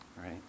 right